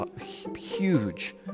huge